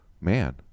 Man